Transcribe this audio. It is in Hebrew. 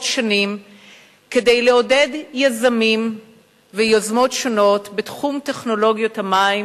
שנים כדי לעודד יזמים ויוזמות שונות בתחום טכנולוגיות המים,